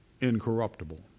incorruptible